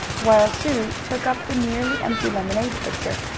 while sue took up the nearly empty lemonade pitcher.